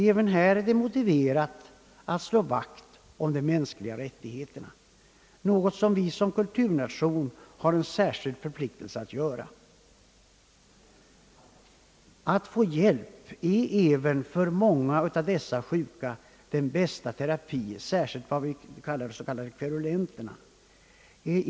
Även härvidlag är det motiverat att slå vakt om de mänskliga rättigheterna, något som vårt land som kulturnation har en särskild förpliktelse att göra. Att få hjälp är även många gånger den bästa terapi som dessa sjuka kan få, särskilt gäller detta de s.k. kverulanterna.